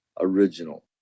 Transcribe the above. original